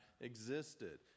existed